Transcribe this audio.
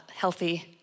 healthy